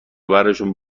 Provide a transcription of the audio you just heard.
برشون